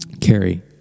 Carrie